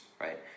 right